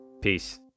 Peace